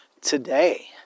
today